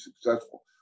successful